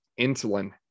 insulin